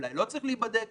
אולי לא צריך להיבדק,